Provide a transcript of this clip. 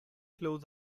clothes